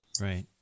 Right